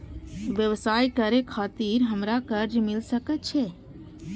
व्यवसाय करे खातिर हमरा कर्जा मिल सके छे?